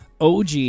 OG